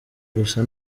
gusa